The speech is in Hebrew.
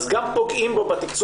אז גם פוגעים בו בתקצוב,